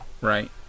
Right